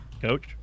Coach